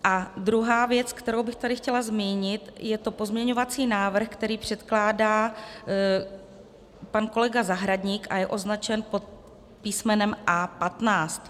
A druhá věc, kterou bych tady chtěla zmínit, je pozměňovací návrh, který předkládá pan kolega Zahradník a je označen pod písmenem A15.